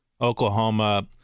Oklahoma